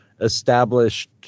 established